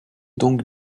donc